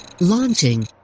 Launching